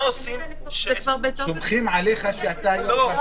מה עושים --- זה כבר בתוך --- סומכים עליך שאתה --- לא,